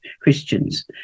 Christians